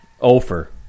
Ofer